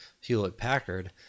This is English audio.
Hewlett-Packard